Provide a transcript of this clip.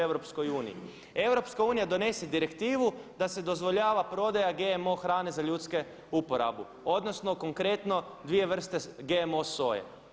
EU donese direktivu da se dozvoljava prodaja GMO hrane za ljudsku uporabu, odnosno konkretno dvije vrste GMO soje.